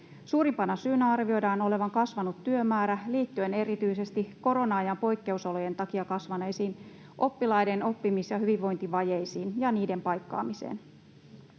Suurimpana syynä arvioidaan olevan kasvanut työmäärä liittyen erityisesti korona-ajan poikkeusolojen takia kasvaneisiin oppilaiden oppimis- ja hyvinvointivajeisiin ja niiden paikkaamiseen.